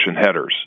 headers